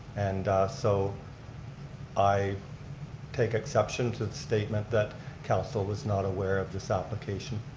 and so i take exception to the statement that council was not aware of this application.